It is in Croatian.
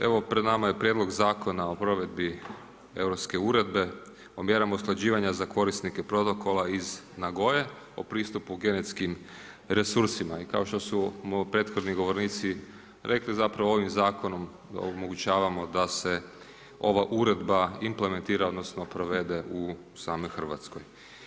Evo pred nama je prijedlog Zakona o provedbi europske uredbe, mjere usklađivanje za korisnike protokola iz Nagoye o pristupu genetskim resursima i kao što su prethodni govornici rekli, zapravo, ovim zakonom omogućavamo da se ova uredba implementira odnosno, provede u samoj Hrvatskoj.